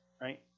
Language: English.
right